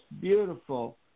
beautiful